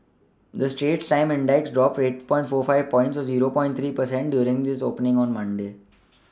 the Straits times index dropped eight point four five points or zero point three per cent during its opening on Monday